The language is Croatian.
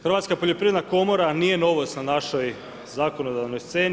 Hrvatska poljoprivredna komora nije novost na našoj zakonodavnoj sceni.